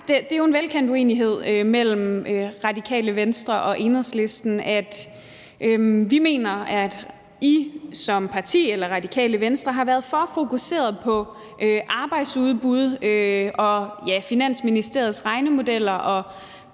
Det er jo en velkendt uenighed mellem Radikale Venstre og Enhedslisten, at vi mener, at Radikale Venstre som parti har været for fokuseret på arbejdsudbud og Finansministeriets regnemodeller